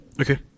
Okay